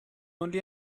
only